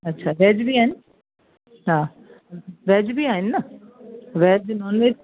अच्छा वेज बि आहिनि हा वेज बि आहिनि न वेज नोन वेज